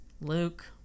Luke